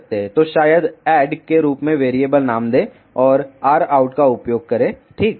तो शायद ऐड के रूप में वेरिएबल नाम दे और r out का उपयोग करें ठीक